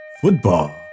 football